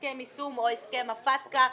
הסכם יישום או הסכם הפטקא,